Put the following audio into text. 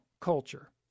culture